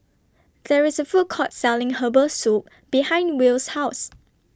There IS A Food Court Selling Herbal Soup behind Will's House